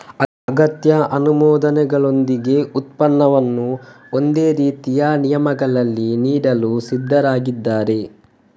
ಅಗತ್ಯ ಅನುಮೋದನೆಗಳೊಂದಿಗೆ ಉತ್ಪನ್ನವನ್ನು ಒಂದೇ ರೀತಿಯ ನಿಯಮಗಳಲ್ಲಿ ನೀಡಲು ಸಿದ್ಧರಿದ್ದಾರೆ